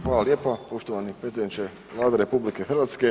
Hvala lijepo poštovani predsjedniče Vlade RH.